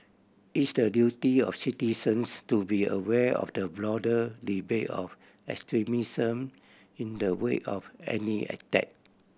it's the duty of citizens to be aware of the broader debate of extremism in the wake of any attack